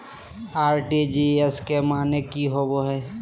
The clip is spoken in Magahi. आर.टी.जी.एस के माने की होबो है?